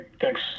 thanks